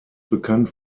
bekannt